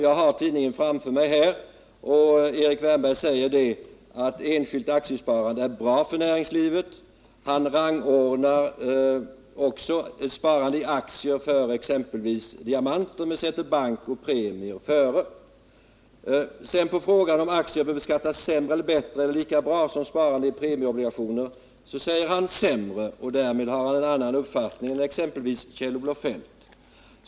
Jag har tidningen framför mig här, och där står att Erik Wärnberg säger att enskilt aktiesparande är bra för näringslivet. Han rangordnar också ett sparande i aktier före exempelvis ett sparande i diamanter, men sätter bankoch premiesparande före aktiesparande. På frågan om aktieutdelning bör beskattas mer, mindre eller lika mycket som sparande i premieobligationer svarar Erik Wärnberg att den bör beskattas mindre, och där har han en annan uppfattning än exempelvis Kjell-Olof Feldt.